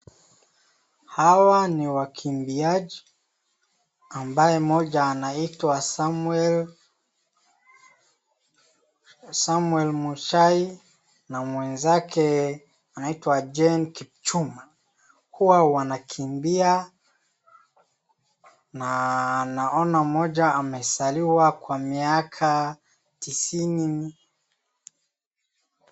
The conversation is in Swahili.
Hawa ni wakimbiaji, ambaye mmoja anaitwa Samuel Muchai na mwenzake anaitwa Jane Kipchuma. Huwa wanakimbia na naona mmoja amezaliwa Kwa miaka tisini.